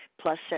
plus